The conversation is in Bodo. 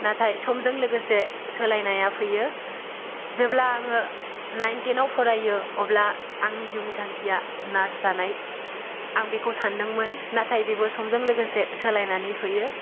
नाथाय समजों लोगोसे सोलायनाया फैयो जेब्ला आङो नाइन टेनाव फरायो अब्ला आंनि जिउनि थांखिया नार्च जानाय आं बेखौ सान्दोंमोन नाथाय बेबो समजों लोगोसे सोलायनाय फैयो